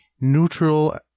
neutral